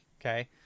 Okay